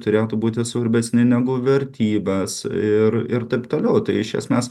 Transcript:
turėtų būti svarbesni negu vertybes ir ir taip toliau tai iš esmės